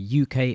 uk